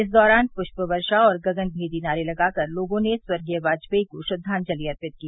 इस दौरान प्रष्प वर्षा और गगनमेदी नारे लगा कर लोगों ने स्वर्गीय वाजपेई को श्रद्वाजलि अर्पित की